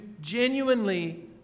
genuinely